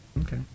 Okay